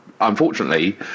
Unfortunately